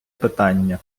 питання